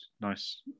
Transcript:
nice